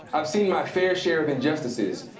i've seen my fair share of injustices.